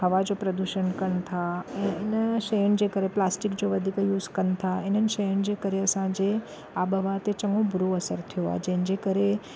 हवा जो प्रदूषण कनि था इन शयुनि जे करे प्लास्टिक जो वधीक यूज़ कनि था इन्हनि शयुनि जे करे असांजे आबो हवा ते चंङो बुरो असरु थियो आहे जंहिंजे करे